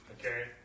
Okay